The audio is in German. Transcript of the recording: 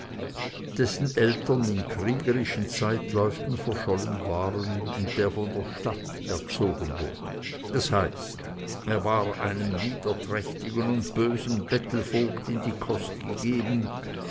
dessen eltern in kriegerischen zeitläuften verschollen waren und der von der stadt erzogen wurde das heißt er war einem niederträchtigen und bösen bettelvogt in die kost gegeben